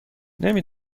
نمی